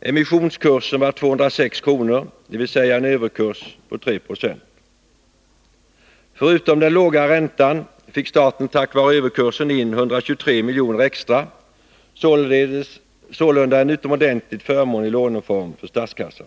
Emissionskursen var 206 kronor, dvs. en överkurs på 3 96. Förutom den låga räntan fick staten tack vare överkursen in 123 miljoner extra, sålunda en utomordentligt förmånlig låneform för statskassan.